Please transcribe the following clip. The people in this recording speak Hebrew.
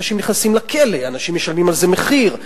אנשים נכנסים לכלא, אנשים משלמים על זה מחיר.